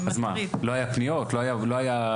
אז מה, לא היו פניות, לא היו בקשות,